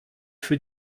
für